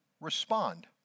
respond